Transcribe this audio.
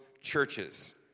churches